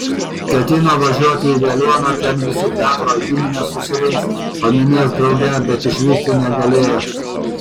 ketino važiuoti į veliuoną ten visi petro giminės susirinks paminės drauge bet išvykti negalėjo